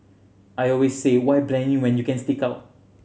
I always say why blend in when you can stick out